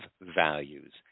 values